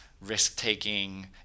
risk-taking